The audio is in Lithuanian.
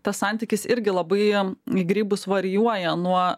tas santykis irgi labai į grybus varijuoja nuo